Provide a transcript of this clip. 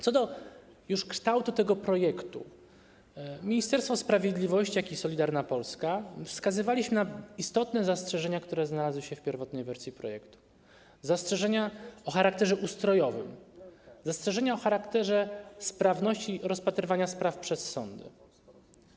Co do już kształtu tego projektu jako Ministerstwo Sprawiedliwości i Solidarna Polska wskazywaliśmy na istotne zastrzeżenia, które znalazły się w pierwotnej wersji projektu, zastrzeżenia o charakterze ustrojowym, zastrzeżenia o charakterze sprawności rozpatrywania spraw przez sądy.